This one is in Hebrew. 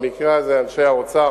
במקרה הזה אנשי האוצר,